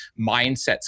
mindset's